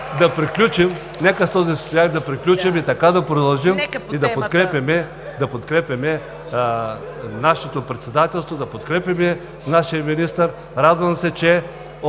ПЕТЪР ПЕТРОВ: Нека с този смях да приключим и така да продължим да подкрепяме нашето председателство, да подкрепяме нашия министър. Радвам се, че